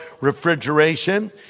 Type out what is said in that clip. refrigeration